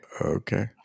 okay